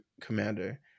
commander